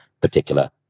particular